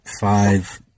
five